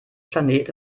planet